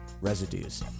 Residues